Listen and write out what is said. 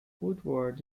woodward